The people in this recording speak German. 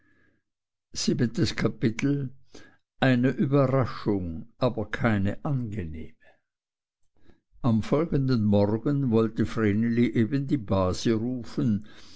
siebentes kapitel eine überraschung aber keine angenehme am folgenden morgen wollte vreneli eben die base rufen